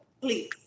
please